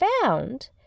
found